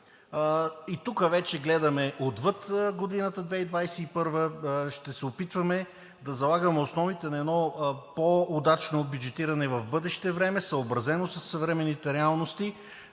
И тук вече гледаме отвъд годината – 2021-а, ще се опитваме да залагаме основите на едно по удачно бюджетиране в бъдеще време, съобразено със съвременните реалности,